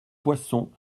poisson